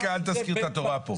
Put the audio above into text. רק אל תזכיר את התורה פה.